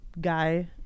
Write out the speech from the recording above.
guy